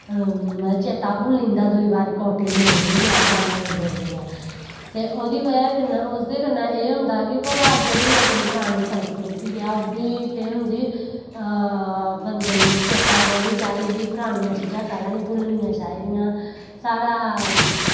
मतलव चेत्ता भुल्ली जंदी दूई बारी कोट्टी लैनी बी है जां नेंई लैनी ते ओह्दी बज़ह कन्नै एह् होंदा कि उसदे कन्नै एह् होंदा भला जेह्ड़ी अपनी परानी संस्कृति ऐ उब्भी केह् होंदी बंदेई चेत्ता रौह्नी चाही दी परानियां चीजां कदें नी भुल्लनियां चाही दियां साढ़ा